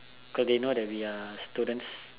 cause they know that we are students